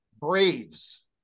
Braves